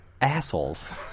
assholes